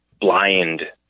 blind